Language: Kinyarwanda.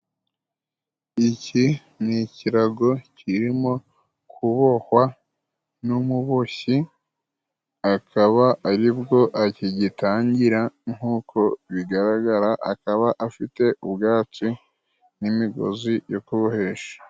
Iki ni ikirago kirimo kubohwa n'umuboshyi akaba ari bwo akigitangira nk'uko bigaragara akaba afite ubwatsi n'imigozi yo kubohesha.